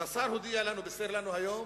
אז השר בישר לנו היום,